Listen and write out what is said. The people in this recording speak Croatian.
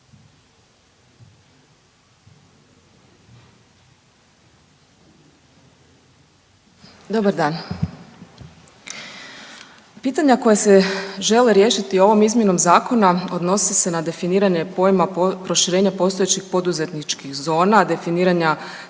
Dobar dan. Pitanja koja se žele riješiti ovom izmjenom Zakona odnose se na definiranje pojma proširenja postojećih poduzetničkih zona, definiranja